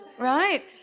Right